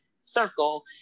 circle